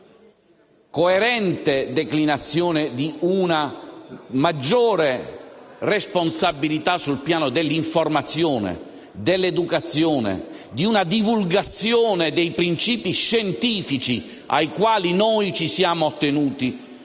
coerente declinazione di una maggiore responsabilità sul piano dell'informazione, dell'educazione e della divulgazione di principi scientifici ai quali noi ci siamo attenuti